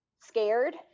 scared